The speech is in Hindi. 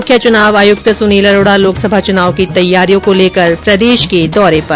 मुख्य चुनाव आयुक्त सुनील अरोड़ा लोकसभा चुनाव की तैयारियों को लेकर प्रदेश के दौरे पर